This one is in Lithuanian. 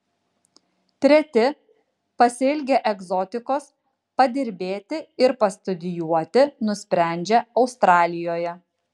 treti pasiilgę egzotikos padirbėti ir pastudijuoti nusprendžia australijoje